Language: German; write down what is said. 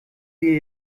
wir